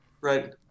right